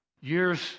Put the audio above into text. years